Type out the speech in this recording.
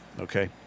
Okay